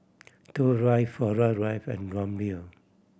Toh Drive Flora Drive and Rumbia